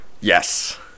Yes